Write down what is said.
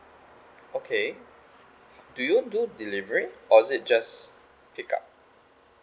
okay do you do delivery or is it just pick up